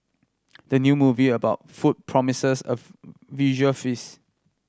the new movie about food promises a visual feast